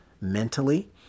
mentally